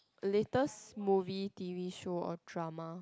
latest movie t_v show or drama